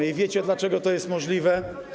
I wiecie, dlaczego to jest możliwe?